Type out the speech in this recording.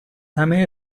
همه